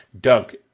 Dunk